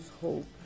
hope